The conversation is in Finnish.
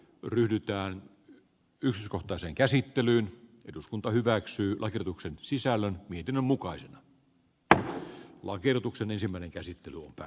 q ryhdytään jos kohta sen käsittelyyn eduskunta hyväksyi lakiuksen sisällä miten mukaisilla on tiedotuksen ensimmäinen käsitteli uutta